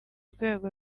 rwego